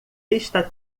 está